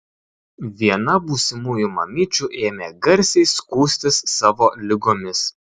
viena būsimųjų mamyčių ėmė garsiai skųstis savo ligomis